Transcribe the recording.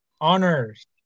Honors